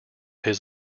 his